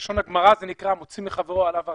--- בלשון הגמרא זה נקרא 'המוציא מחברו עליו הראיה'.